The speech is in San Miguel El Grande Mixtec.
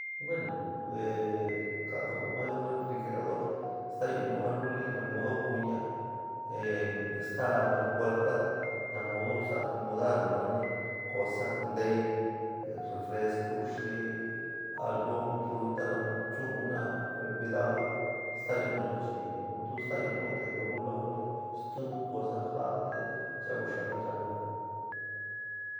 Bueno, ee kaatoo mayo ku refrigerador staayo nuu joluli: na modo kunia e staa nau puerta nao modo soa como dar nanoni cosnateii, refesco xii, algo noun fruta nau chuu fenola con cuiidado staayo nuu chii; nu tuo staayo nuu te lugo, lugoni, stuví casa jaa tee yau´u xáá kanchaa vina.